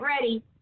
ready